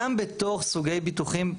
גם בתוך סוגי ביטוחים,